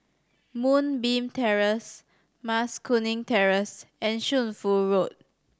Moonbeam Terrace Mas Kuning Terrace and Shunfu Road